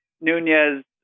Nunez